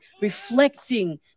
reflecting